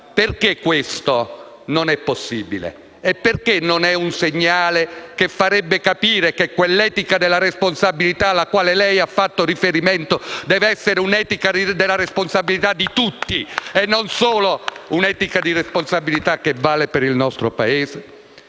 Perché questo non è possibile? È un segnale che farebbe capire che quella etica della responsabilità alla quale lei ha fatto riferimento deve essere una etica della responsabilità di tutti, non una etica di responsabilità che vale solo per il nostro Paese.